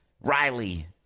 Riley